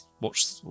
Watch